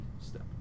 Step